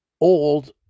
old